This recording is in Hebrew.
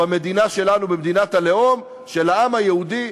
במדינה שלנו, מדינת הלאום של העם היהודי.